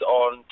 on